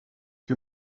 que